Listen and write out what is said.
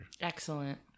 excellent